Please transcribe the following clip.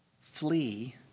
Flee